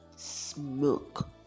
Smoke